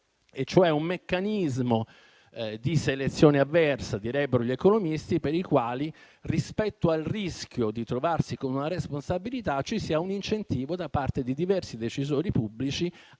cioè un meccanismo di selezione avversa - così direbbero gli economisti - per il quale, rispetto al rischio di trovarsi con una responsabilità, ci sarebbe un incentivo da parte di diversi decisori pubblici